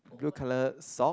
blue colour sock